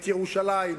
את ירושלים,